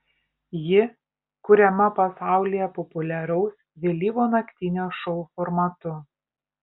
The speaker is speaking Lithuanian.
ji kuriama pasaulyje populiaraus vėlyvo naktinio šou formatu